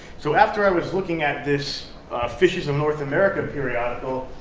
so after i was looking at this fishes of north america periodical,